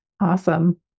Awesome